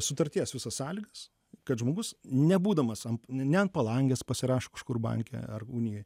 sutarties visas sąlygas kad žmogus nebūdamas ant ne ant palangės pasirašo kažkur banke ar unijoj